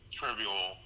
trivial